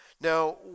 Now